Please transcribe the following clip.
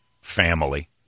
family